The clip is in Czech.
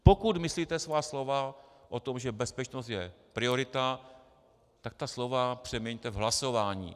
Pokud myslíte svá slova o tom, že bezpečnost je priorita, tak ta slova přeměňte v hlasování.